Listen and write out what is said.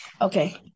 Okay